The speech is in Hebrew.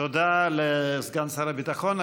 תודה לסגן שר הביטחון.